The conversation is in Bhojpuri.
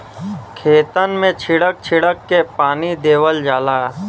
खेतन मे छीड़क छीड़क के पानी देवल जाला